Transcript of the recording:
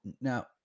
Now